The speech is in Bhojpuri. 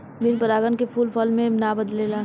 बिन परागन के फूल फल मे ना बदलेला